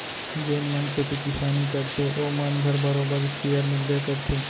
जेन मन खेती किसानी करथे ओ मन घर बरोबर इस्पेयर मिलबे करथे